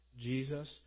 Jesus